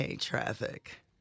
Traffic